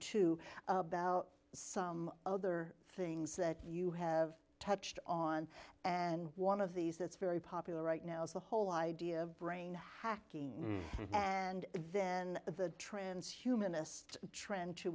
to about some other things that you have touched on and one of these that's very popular right now is the whole idea of brain hacking and then the transhumanist tren